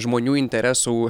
žmonių interesų